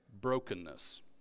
Brokenness